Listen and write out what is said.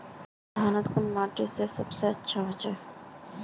धानेर कुन माटित सबसे अच्छा होचे?